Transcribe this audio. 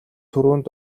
түрүүнд